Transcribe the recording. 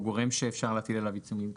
והוא גורם שאפשר להטיל עליו עיצומים כספיים?